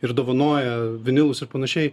ir dovanoja vinilus ir panašiai